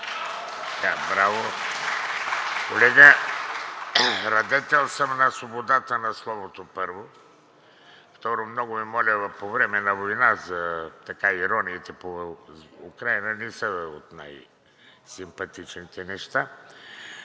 браво! Колега, радетел съм на свободата на словото, първо. Второ, много Ви моля, по време на война ирониите към Украйна не са от най-симпатичните неща.